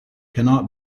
cannot